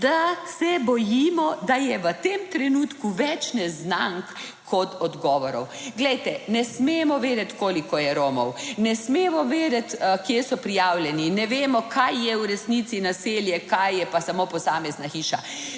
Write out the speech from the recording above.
da se bojimo, da je v tem trenutku več neznank kot odgovorov. Glejte, ne smemo vedeti, koliko je Romov, ne smemo vedeti, kje so prijavljeni, ne vemo, kaj je v resnici naselje, kaj je pa samo posamezna hiša,